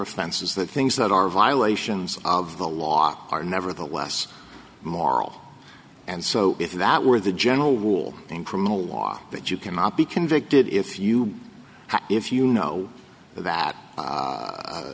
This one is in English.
offenses that things that are violations of the law are nevertheless moral and so if that were the general rule in criminal law that you cannot be convicted if you if you know that